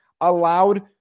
allowed